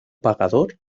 pagador